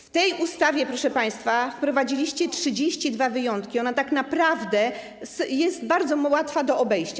W tej ustawie, proszę państwa, wprowadziliście 32 wyjątki i ona tak naprawdę jest bardzo łatwa do obejścia.